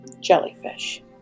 jellyfish